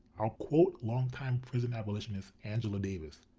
i'll quote longtime prison abolitionist angela davis.